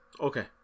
okay